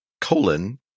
colon